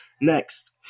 Next